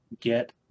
get